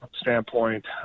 standpoint